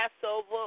Passover